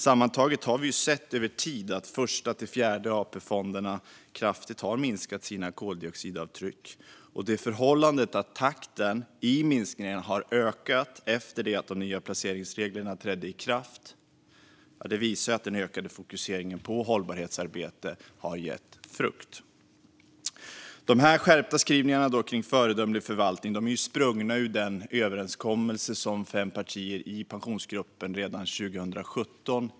Sammantaget har vi över tid sett att Första-Fjärde AP-fonden har minskat sina koldioxidavtryck kraftigt, och det förhållandet att takten i minskningen har ökat efter att de nya placeringsreglerna trädde i kraft visar att den nya fokuseringen på hållbarhetsarbete har gett frukt. De skärpta skrivningarna om föredömlig förvaltning är sprungna ur den överenskommelse som fem partier i Pensionsgruppen ingick redan 2017.